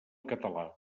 català